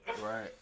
right